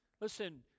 Listen